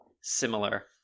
similar